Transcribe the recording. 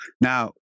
now